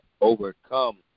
overcome